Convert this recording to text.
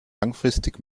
langfristig